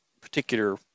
particular